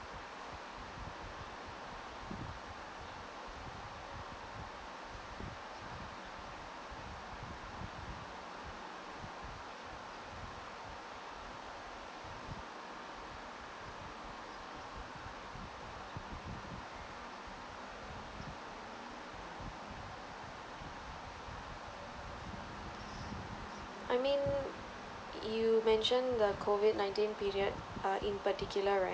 I mean you mentioned the COVID nineteen period uh ah in particular right